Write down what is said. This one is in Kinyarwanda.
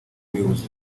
buyobozi